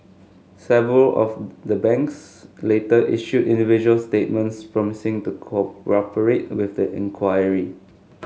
several of the banks later issued individual statements promising to cooperate with the inquiry